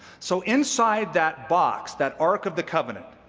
so inside that box, that ark of the covenant,